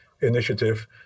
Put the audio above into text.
initiative